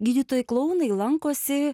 gydytojai klounai lankosi